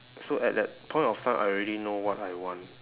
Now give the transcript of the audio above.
so at that point of time I already know what I want